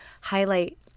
highlight